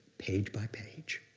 page by page.